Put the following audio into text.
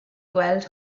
gweld